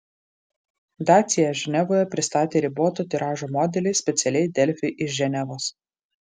dacia ženevoje pristatė riboto tiražo modelį specialiai delfi iš ženevos